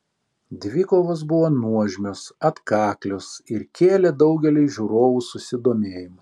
dvikovos buvo nuožmios atkaklios ir kėlė daugeliui žiūrovų susidomėjimą